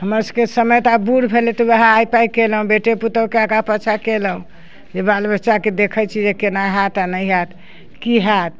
हमरसबके समय तऽ आब बूढ़ भेलै तऽ ओहि आइ पाइ केलहुँ बेटे पुतहुके आगाँ पाछाँ कएलहुँ जे बाल बच्चाके देखै छी जे कोना हैत आओर नहि हैत कि हैत